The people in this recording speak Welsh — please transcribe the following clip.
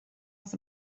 oedd